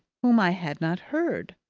whom i had not heard.